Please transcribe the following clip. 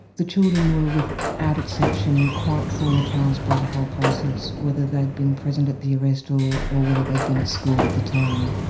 the children were, without exception, quite traumatised by the whole process, whether they'd been present at the arrest or or whether they'd been at school at the time.